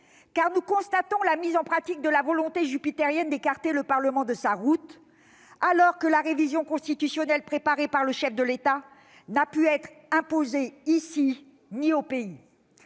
car nous constatons la mise en pratique de la volonté jupitérienne d'écarter le Parlement de sa route, alors que la révision constitutionnelle préparée par le chef de l'État n'a pu être imposée ni ici ni au pays.